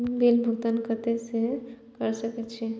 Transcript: Bill भुगतान केते से कर सके छी?